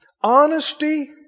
Honesty